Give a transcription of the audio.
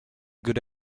good